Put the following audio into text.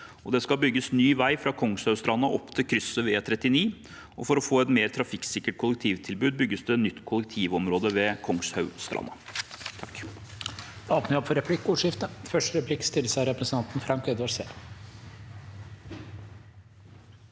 Det skal bygges ny vei fra Kongshaugstranda opp til krysset ved E39. For å få et mer trafikksikkert kollektivtilbud bygges det et nytt kollektivområde ved Kongshaugstranda.